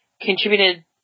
contributed